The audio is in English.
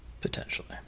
Potentially